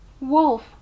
Wolf